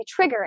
triggering